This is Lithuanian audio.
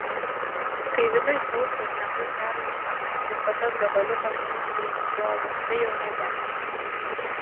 kai viduj sausa ir lengvai perlūžta kaip va tas gabaliukas kurį nupjoviau tai jau nebe